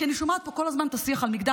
כי אני שומעת פה כל הזמן את השיח על מגדר,